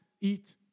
eat